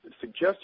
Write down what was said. suggest